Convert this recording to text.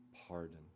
pardon